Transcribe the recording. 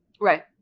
Right